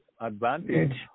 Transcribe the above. advantage